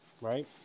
right